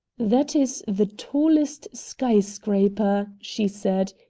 that is the tallest sky-scraper, she said,